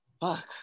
fuck